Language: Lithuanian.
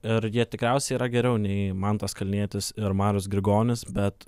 ir jie tikriausiai yra geriau nei mantas kalnietis ir marius grigonis bet